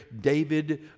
David